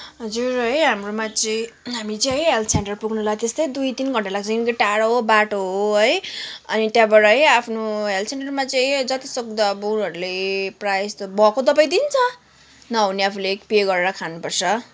हजुर है हाम्रोमा चाहिँ हामी चाहिँ है हेल्थ सेन्टर पुग्नुलाई त्यस्तै दुई तिन घन्टा लाग्छ यहाँदेखिको टाढो बाटो हो है अनि त्यहाँबाट है आफ्नो हेल्थ सेन्टरमा चाहिँ है जतिसक्दो उनीहरूले प्रायः जस्तो भएको दबाई दिन्छ नहुने आफूले पे गरेर खानुपर्छ